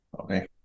Okay